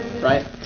Right